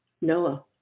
Noah